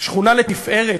שכונה לתפארת,